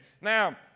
Now